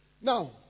Now